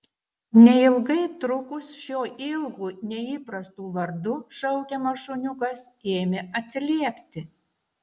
neilgai trukus šiuo ilgu neįprastu vardu šaukiamas šuniukas ėmė atsiliepti